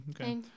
Okay